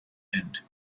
end